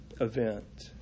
event